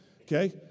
okay